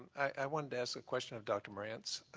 i wanted to ask a question of dr. morantz.